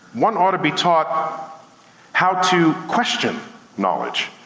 one ought to be taught how to question knowledge,